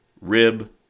rib